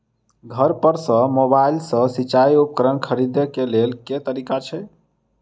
घर पर सऽ मोबाइल सऽ सिचाई उपकरण खरीदे केँ लेल केँ तरीका छैय?